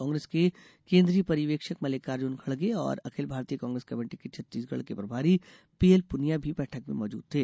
कांग्रेस के केन्द्रीय पर्यवेक्षक मल्लिकार्जुन खड़गे और अखिल भारतीय कांग्रेस कमेटी के छत्तीसगढ़ के प्रभारी पीएल पूनिया भी बैठक में मौजूद थे